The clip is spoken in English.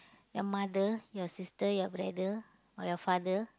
your mother your sister your brother or your father